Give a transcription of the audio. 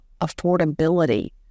affordability